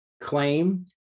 claim